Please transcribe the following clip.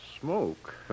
smoke